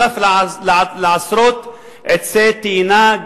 נוסף על עשרות עצי תאנה,